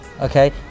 okay